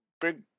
big